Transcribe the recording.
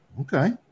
Okay